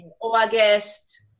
August